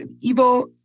evil